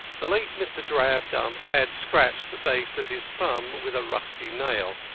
the late mr. drabdump had scratched the base of his thumb with a rusty nail,